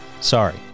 sorry